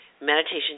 Meditation